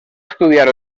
estudiar